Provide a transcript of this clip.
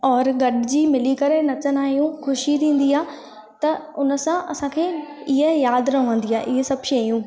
और गॾिजी मिली करे नचंदा आहियूं ख़ुशी थींदी आहे त हुन सां असांखे इहा यादि रहंदी आहे इहे सभु शयूं